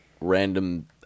random